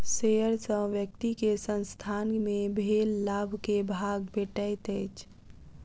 share सॅ व्यक्ति के संसथान मे भेल लाभ के भाग भेटैत अछि